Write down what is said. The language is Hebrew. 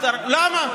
למה?